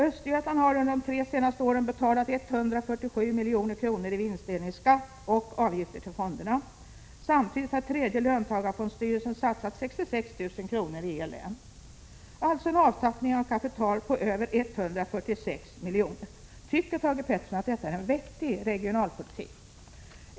Östergötland har under de tre senaste åren betalat 147 milj.kr. i vinstdelningsskatt och avgifter till fonderna. Samtidigt har tredje löntagarfondstyrelsen satsat 66 000 kr. i E-länet. Detta innebär alltså en avtappning av kapital på över 146 milj.kr. Tycker Thage Peterson att detta är en vettig regionalpolitik?